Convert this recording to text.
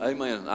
Amen